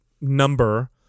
number